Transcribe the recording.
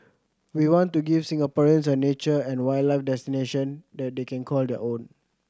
we want to give Singaporeans a nature and wildlife destination that they can call their own